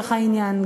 לצורך העניין,